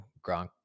Gronk